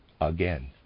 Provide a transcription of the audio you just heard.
again